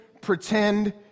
pretend